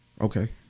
Okay